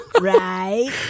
right